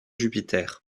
jupiter